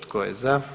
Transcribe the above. Tko je za?